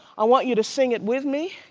i want you to sing it with me.